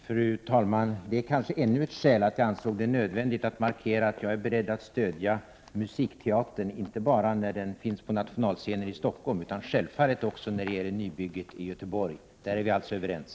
Fru talman! Det är kanske ännu ett skäl varför jag ansåg det nödvändigt att markera att jag är beredd att stödja musikteatern inte bara när den finns på nationalscenen i Stockholm utan självfallet också när det gäller nybygget i Göteborg. Där är vi alltså överens.